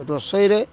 ରୋଷେଇରେ